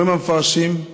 אומרים המפרשים: